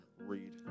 read